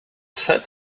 set